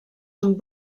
amb